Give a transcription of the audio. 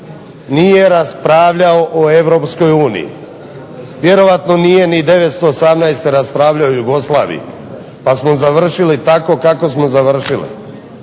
nije raspravljao o Europskoj uniji, vjerojatno nije 1918. raspravljao o Jugoslaviji pa smo završili tako kako smo završili.